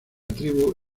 tribu